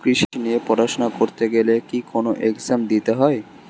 কৃষি নিয়ে পড়াশোনা করতে গেলে কি কোন এগজাম দিতে হয়?